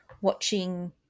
watching